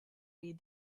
read